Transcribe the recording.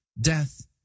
Death